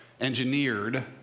engineered